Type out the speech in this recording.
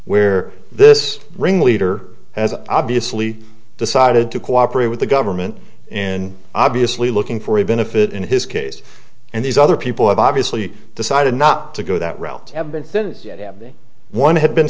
where this ringleader has obviously decided to cooperate with the government and obviously looking for a benefit in his case and these other people have obviously decided not to go that route have been since one had